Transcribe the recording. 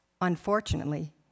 Unfortunately